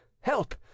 help